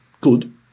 Good